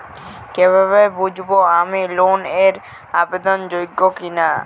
কীভাবে বুঝব আমি লোন এর আবেদন যোগ্য কিনা?